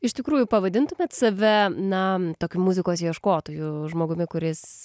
iš tikrųjų pavadintumėt save na tokiu muzikos ieškotoju žmogumi kuris